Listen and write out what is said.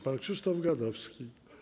Pan Krzysztof Gadowski.